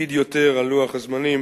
שהקפיד יותר על לוח הזמנים,